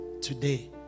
Today